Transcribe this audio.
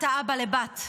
אתה אבא לבת.